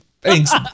Thanks